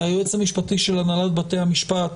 היועץ המשפטי של הנהלת בתי המשפט,